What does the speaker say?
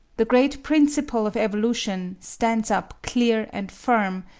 the great principle of evolution stands up clear and firm,